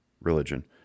religion